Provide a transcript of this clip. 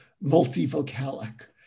multi-vocalic